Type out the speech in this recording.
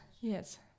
Yes